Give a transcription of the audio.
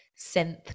synth